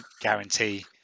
guarantee